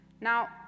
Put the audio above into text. Now